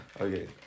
Okay